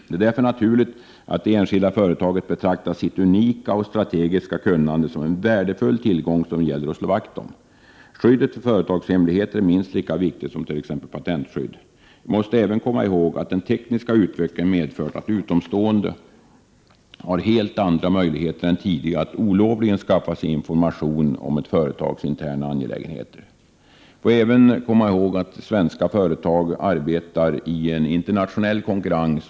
Det är därför naturligt att det enskilda företaget betraktar sitt unika och strategiska kunnande som en värdefull tillgång som det gäller att slå vakt om. Skyddet för företagshemligheter är minst lika viktigt som t.ex. patentskydd. Vi måste även komma ihåg att den tekniska utvecklingen medfört att utomstående har helt andra möjligheter än tidigare att olovligen skaffa sig information om ett företags interna angelägenheter. Vi måste också komma ihåg att svenska företag arbetar i en internationell konkurrens.